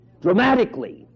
dramatically